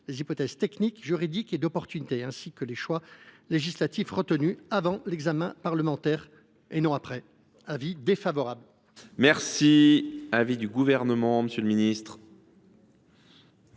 les hypothèses techniques, juridiques et d’opportunité, ainsi que les choix législatifs retenus avant l’examen parlementaire. La commission émet donc un avis défavorable